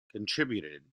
contributed